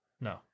No